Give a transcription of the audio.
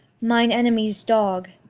mine enemy's dog,